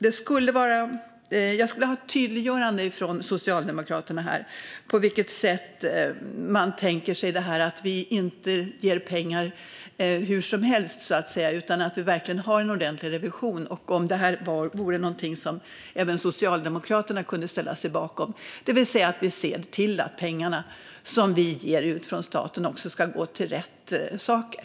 Jag skulle vilja få ett tydliggörande från Socialdemokraterna om på vilket sätt man tänker sig att vi inte ska ge pengar hur som helst utan att vi verkligen har en ordentlig revision. Är det något som även Socialdemokraterna kan ställa sig bakom, det vill säga att vi ser till att pengarna som staten ger ut går till rätt saker?